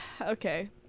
Okay